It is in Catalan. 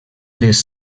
les